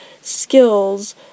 skills